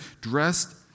dressed